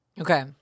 Okay